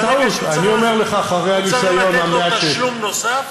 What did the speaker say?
זה טעות, אני אומר לך, אחרי הניסיון המועט שיש לי.